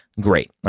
great